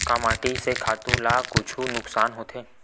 का माटी से खातु ला कुछु नुकसान होथे?